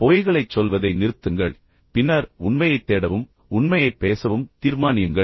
பொய்களைச் சொல்வதை நிறுத்துங்கள் பின்னர் உண்மையைத் தேடவும் உண்மையைப் பேசவும் தீர்மானியுங்கள்